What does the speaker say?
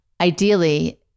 ideally